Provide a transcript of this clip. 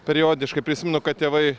periodiškai prisimenu kad tėvai